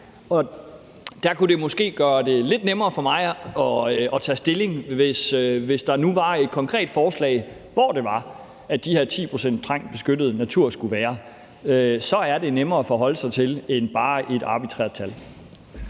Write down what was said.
og der kunne det måske gøre det lidt nemmere for mig at tage stilling, hvis der nu var et konkret forslag til, hvor det var, at de her 10 pct. strengt beskyttet natur skulle være. Så er det nemmere at forholde sig til, end hvis det bare er et arbitrært tal.